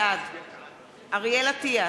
בעד אריאל אטיאס,